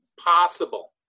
possible